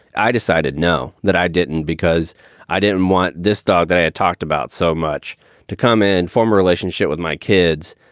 i decided no, that i didn't because i didn't want this dog that i had talked about so much to come in and form a relationship with my kids.